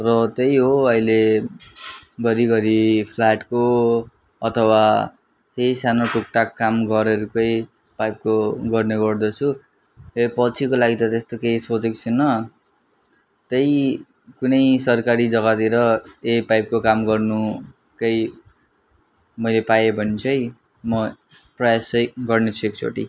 र त्यही हो अहिले घरिघरि फ्लाटको अथवा केही सानो टुकटाक काम गरेर त्यही पाइपको गर्ने गर्दछु ए पछिको लागि त त्यस्तो केही सोचेको छैन त्यही कुनै सरकारी जग्गातिर यही पाइपको काम गर्नु केही मैले पाएँ भने चाहिँ म प्रयास चाहिँ गर्नेछु एकचोटि